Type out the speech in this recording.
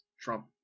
Trump